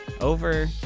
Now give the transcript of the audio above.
over